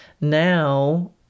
now